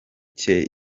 cye